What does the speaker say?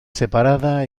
separada